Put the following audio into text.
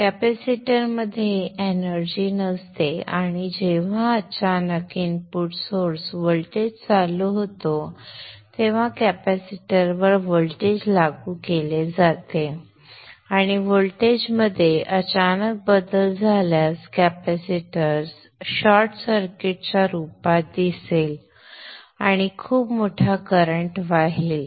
कॅपेसिटरमध्ये एनर्जी नसते आणि जेव्हा अचानक इनपुट सोर्स व्होल्टेज चालू होतो तेव्हा कॅपेसिटरवर व्होल्टेज लागू केले जाते आणि व्होल्टेजमध्ये अचानक बदल झाल्यास कॅपेसिटर शॉर्ट सर्किटच्या रूपात दिसेल आणि खूप मोठा करंट वाहेल